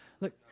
look